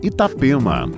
Itapema